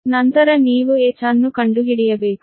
ನಂತರ ನೀವು h ಅನ್ನು ಕಂಡುಹಿಡಿಯಬೇಕು